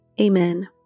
Amen